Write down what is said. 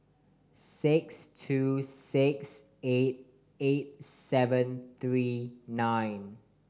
six two six eight eight seven three nine